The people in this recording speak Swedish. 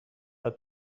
att